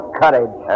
courage